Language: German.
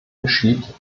geschieht